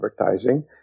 advertising